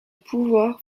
pouvoir